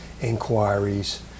inquiries